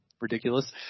Ridiculous